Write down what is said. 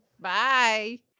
Bye